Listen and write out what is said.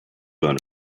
blown